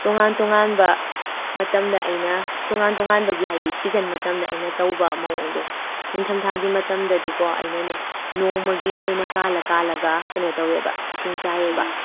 ꯇꯣꯉꯥꯟ ꯇꯣꯉꯥꯟꯕ ꯃꯇꯝꯗ ꯑꯩꯅ ꯇꯣꯉꯥꯟ ꯇꯣꯉꯥꯟꯕꯒꯤ ꯍꯥꯏꯗꯤ ꯁꯤꯖꯟ ꯃꯇꯝꯗ ꯑꯩꯅ ꯇꯧꯕ ꯃꯑꯣꯡꯗꯣ ꯅꯤꯡꯊꯝꯊꯥꯒꯤ ꯃꯇꯝꯗꯗꯤꯀꯣ ꯑꯩꯅꯅꯦ ꯅꯣꯡꯃꯒꯤ ꯑꯣꯏꯅ ꯀꯥꯜꯂ ꯀꯥꯜꯂꯒ ꯀꯩꯅꯣ ꯇꯧꯋꯦꯕ ꯏꯁꯤꯡ ꯆꯥꯏꯌꯦꯕ